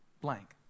blank